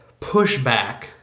pushback